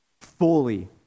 fully